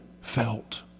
felt